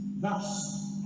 Thus